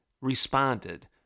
responded